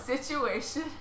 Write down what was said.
Situation